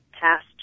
passed